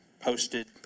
posted